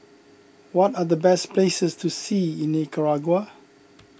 what are the best places to see in Nicaragua